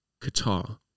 Qatar